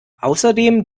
außerdem